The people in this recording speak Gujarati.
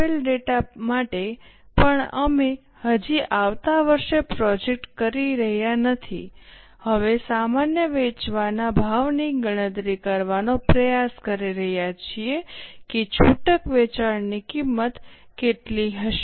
આપેલ ડેટા માટે પણ અમે હજી આવતા વર્ષે પ્રોજેક્ટ કરી રહ્યા નથી હવે સામાન્ય વેચવાના ભાવની ગણતરી કરવાનો પ્રયાસ કરી રહ્યા છીએ કે છૂટક વેચાણ કિંમત કેટલી હશે